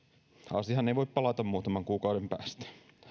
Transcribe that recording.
asiaan ei voi palata muutaman kuukauden päästä